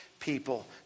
people